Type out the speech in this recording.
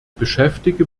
beschäftige